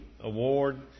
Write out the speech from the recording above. award